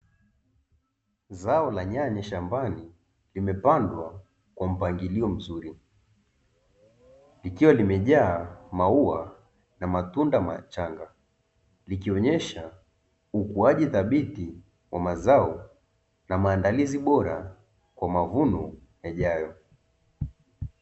Zao la nyanya shambani limepandwa kwa mpangilio mzuri, likiwa limejaa maua na matunda machanga likionesha ukuaji dhabiti wa mazao na maandalizi bora kwa mavuno yajayo.